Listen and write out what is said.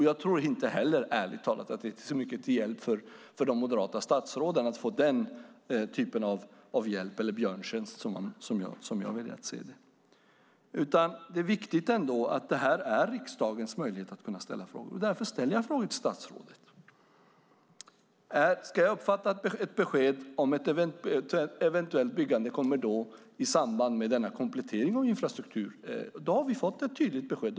Jag tror ärligt talat att det inte heller är så mycket till hjälp för de moderata statsråden att få den typen av hjälp, eller björntjänst som jag väljer att se det. Det är ändå viktigt att detta är riksdagens möjlighet att ställa frågor, och därför ställer jag frågor till statsrådet. Ska jag uppfatta det som att ett besked om ett eventuellt byggande kommer i samband med denna komplettering för infrastruktur? Då har vi fått ett tydligt besked.